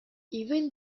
even